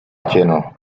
general